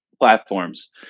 platforms